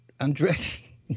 Andretti